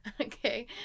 Okay